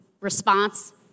response